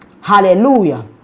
Hallelujah